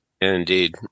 Indeed